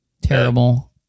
Terrible